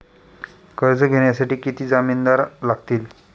कर्ज घेण्यासाठी किती जामिनदार लागतील?